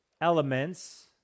elements